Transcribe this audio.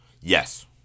Yes